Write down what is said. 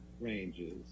ranges